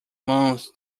months